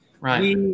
Right